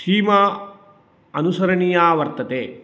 सीमा अनुसरणीया वर्तते